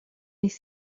les